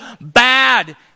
bad